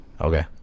Okay